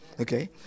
Okay